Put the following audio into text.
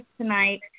tonight